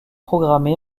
programmé